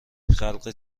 خلق